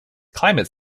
climate